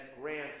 Grant's